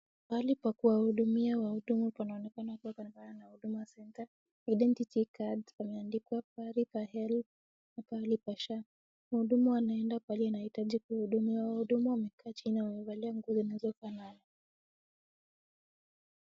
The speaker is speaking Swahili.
Pahali pa kuwahudumia wahudumu panaonekana panafanana na hudua center identity card pameandikwa pahali pa HELB na pahali pa SHA mhudumu anaenda pahali anahitajika kuhudumiwa wahudumu wamekaa chini wamevalia nguo zinazofanana.